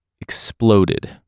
exploded